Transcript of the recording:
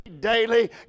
daily